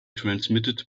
transmitted